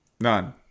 none